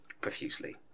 profusely